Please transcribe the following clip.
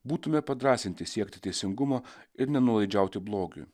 būtume padrąsinti siekti teisingumo ir nenuolaidžiauti blogiui